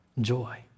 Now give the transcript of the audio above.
joy